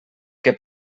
que